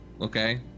Okay